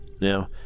Now